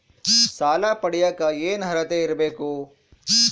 ಸಾಲ ಪಡಿಯಕ ಏನು ಅರ್ಹತೆ ಇರಬೇಕು?